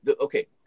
okay